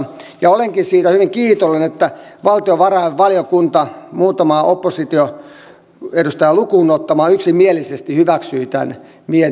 olenkin siitä hyvin kiitollinen että valtiovarainvaliokunta muutamaa opposition edustajaa lukuun ottamatta yksimielisesti hyväksyi tämän mietintöluonnoksen